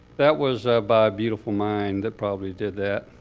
that was by a beautiful mind that probably did that.